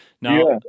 Now